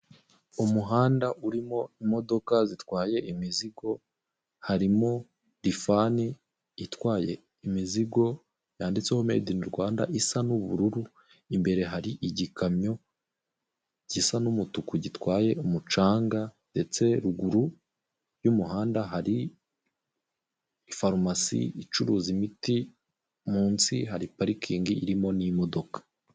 Umuhanda urimo imodoka zitwaye imizigo harimo rifani itwaye imizigo yanditseho mayidi ini rwanda isa n'ubururu imbere hari igikamyo gisa n'umutuku gitwaye umucanga ndetse ruguru y'umuhanda hari farumasi icuruza imiti munsi hari parikingi irimo n'imodoka.